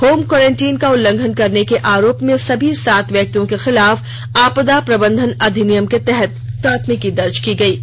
home quarantine का उल्लंघन करने के आरोप में सभी सात व्यक्तियों के खिलाफ आपदा प्रबंधन अधिनियम के तहत प्राथमिकी दर्ज की गई है